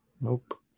Nope